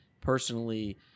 personally